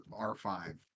R5